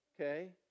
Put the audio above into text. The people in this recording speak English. Okay